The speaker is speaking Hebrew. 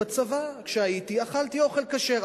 בצבא, כשהייתי, אכלתי אוכל כשר.